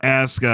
ask